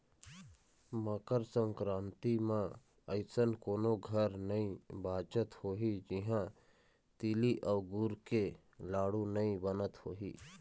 मकर संकरांति म अइसन कोनो घर नइ बाचत होही जिहां तिली अउ गुर के लाडू नइ बनत होही